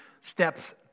steps